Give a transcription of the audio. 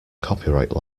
copyright